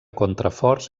contraforts